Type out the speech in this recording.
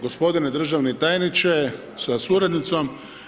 Gospodine državni tajniče sa suradnicom.